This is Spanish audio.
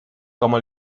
como